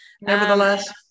Nevertheless